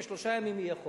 ושלושה ימים יהיה חוק,